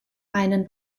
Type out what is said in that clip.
einen